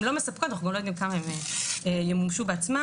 הם לא מספקות ואנחנו לא יודעים כמה הם ימומשו בעצמם.